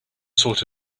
sort